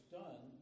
done